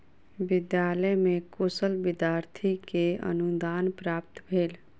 विद्यालय में कुशल विद्यार्थी के अनुदान प्राप्त भेल